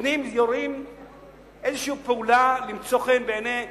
עושים איזו פעולה למצוא חן בעיני התושבים,